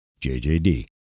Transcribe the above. JJD